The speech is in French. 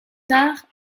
tard